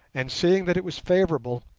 and seeing that it was favourable,